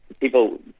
people